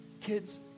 kids